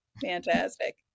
fantastic